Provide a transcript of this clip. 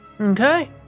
Okay